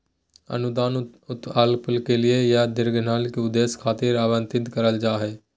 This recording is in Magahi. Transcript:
अनुदान अल्पकालिक या दीर्घकालिक उद्देश्य खातिर आवंतित करल जा हय